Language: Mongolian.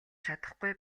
чадахгүй